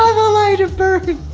ah the light, it burns!